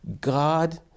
God